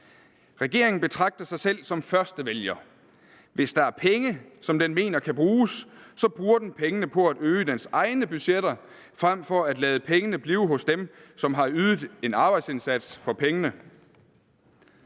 Regeringen betragter sig selv som førstevælger. Hvis der er penge, som den mener kan bruges, så bruger den pengene på at øge dens egne budgetter frem for at lade pengene blive hos dem, som har ydet en arbejdsindsats for pengene.